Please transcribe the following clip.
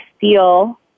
feel